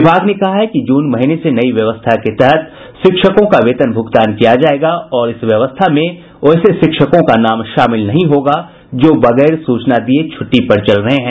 विभाग ने कहा है कि जून महीने से नई व्यवस्था के तहत शिक्षकों का वेतन भुगतान किया जायेगा और इस व्यवस्था में वैसे शिक्षकों का नाम शामिल नहीं होगा जो बगैर सूचना दिये छुट्टी पर चल रहे हैं